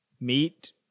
meat